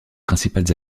principales